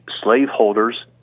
slaveholders